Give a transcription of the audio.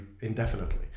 indefinitely